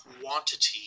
quantity